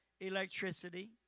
electricity